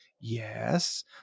Yes